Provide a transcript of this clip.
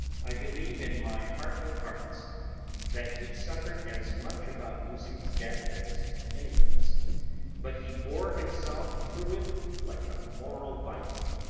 i believe in my heart of hearts that he suffered as much about lucy's death as any of us but he bore himself through it like a moral viking.